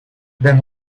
then